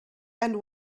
and